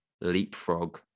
leapfrog